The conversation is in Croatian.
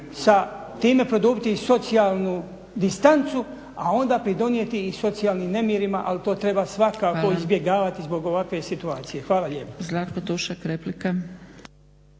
sa time produbiti i socijalnu distancu, a onda pridonijeti i socijalnim nemirima. Ali to treba svakako izbjegavati zbog ovakve situacije. Hvala lijepa.